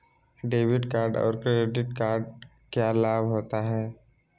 Debit card और credit card क्या लाभ होता है?